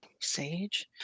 sage